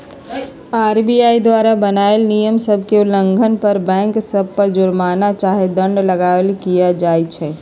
RBI द्वारा बनाएल नियम सभ के उल्लंघन पर बैंक सभ पर जुरमना चाहे दंड लगाएल किया जाइ छइ